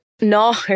No